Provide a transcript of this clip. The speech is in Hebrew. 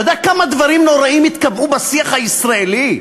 אתה יודע כמה דברים נוראיים התקבעו בשיח הישראלי?